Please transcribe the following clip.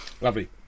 Lovely